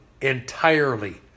Entirely